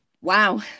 Wow